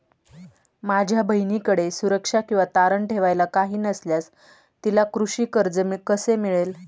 माझ्या बहिणीकडे सुरक्षा किंवा तारण ठेवायला काही नसल्यास तिला कृषी कर्ज कसे मिळेल?